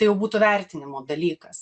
tai jau būtų vertinimo dalykas